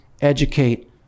educate